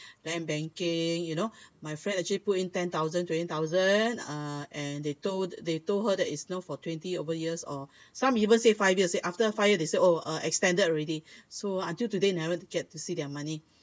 then banking you know my friend actually put in ten thousand twenty thousand uh and they told they told her that it's now for twenty over years or some even say five years after five years they said oh extended already so until today never get to see their money